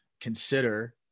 consider